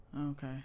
Okay